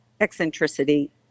eccentricity